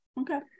okay